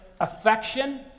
affection